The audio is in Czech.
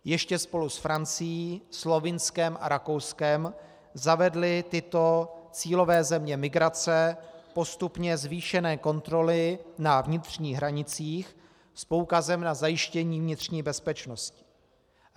Ještě spolu s Francií, Slovinskem a Rakouskem zavedly tyto cílové země migrace postupně zvýšené kontroly na vnitřních hranicích s poukazem na zajištění vnitřní bezpečnosti.